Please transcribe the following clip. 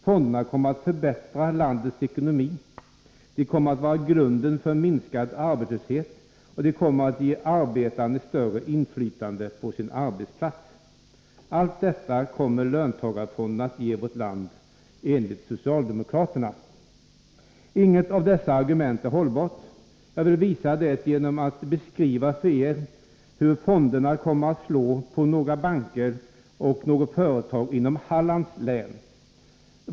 Fonderna kommer att förbättra landets ekonomi, de kommer att vara grunden för minskad arbetslöshet och de kommer att ge arbetaren ett större inflytande på sin arbetsplats. Allt detta kommer löntagarfonderna att ge vårt land, enligt socialdemokraterna. Inget av dessa argument är hållbart. Jag vill visa det genom att beskriva för kammaren hur fonderna kommer att slå på några banker och företag inom Hallands län.